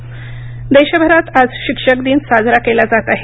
शिक्षक दिन देशभरात आज शिक्षक दिन साजरा केला जात आहे